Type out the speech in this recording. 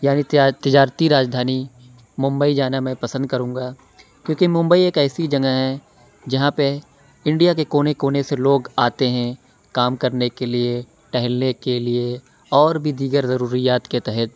یعنی تجارتی راجدھانی ممبئی جانا میں پسند کروں گا کیونکہ ممبئی ایک ایسی جگہ ہے جہاں پہ انڈیا کے کونے کونے سے لوگ آتے ہیں کام کرنے کے لیے ٹہلنے کے لیے اور بھی دیگر ضروریات کے تحت